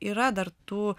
yra dar tų